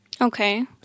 Okay